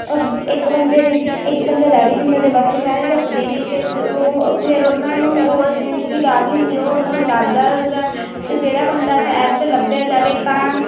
ਇੱਕ ਬੰਦੇ ਦੀ ਇੱਕ ਬੰਦੇ ਦਾਵੀ ਦਿੰਦਾ ਅਤੇ ਬਾਕੀ ਸਾਰੇ ਲੁਕਦੇ ਨੇ ਅਤੇ ਉਹ ਫਿਰ ਉਹਨਾਂ ਨੂੰ ਉਹ ਜਿਸਦੀ ਦਾਵੀ ਹੁੰਦੀ ਉਹ ਉਹਨਾਂ ਨੂੰ ਲੱਭਦਾ ਹੈਗਾ ਅਤੇ ਜਿਹੜਾ ਬੰਦਾ ਪਹਿਲ 'ਤੇ ਲੱਭਿਆ ਜਾਵੇ ਤਾਂ